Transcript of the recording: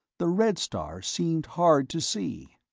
the red stars seemed hard to see.